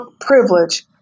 privilege